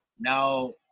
now